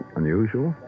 unusual